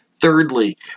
Thirdly